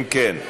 אם כן,